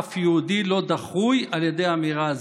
אף יהודי לא דחוי על ידי האמירה הזאת.